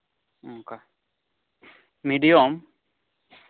ᱦᱮᱸ ᱚᱱᱠᱟ ᱢᱤᱰᱤᱭᱟᱢ